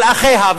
על אחיה,